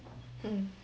mm